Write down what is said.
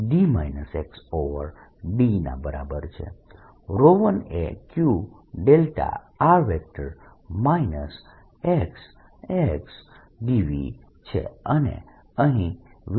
V2 એ Vd ના બરાબર છે 1 એ Q r xxdVછે અને અહીં V2surfaceછે